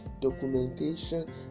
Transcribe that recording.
documentation